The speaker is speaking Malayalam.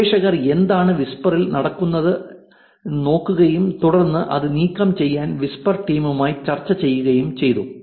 ഗവേഷകർ എന്താണ് വിസ്പർ ഇൽ നടക്കുന്നത് നോക്കുകയും തുടർന്ന് ഇത് നീക്കംചെയ്യാൻ വിസ്പർ ടീമുമായി ചർച്ച ചെയ്യുകയും ചെയ്തു